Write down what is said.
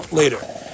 later